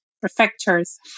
prefectures